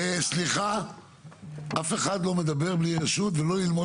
סליחה אף אחד לא מדבר בלי רשות ולא ללמוד